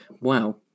Wow